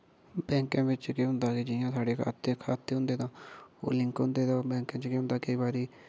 bank बिच्च केह् होंदा कि जियां साढ़े खाते खाते होंदे तां ओह् लिंक होंदे तां बैंक च केह् होंदा केई बारी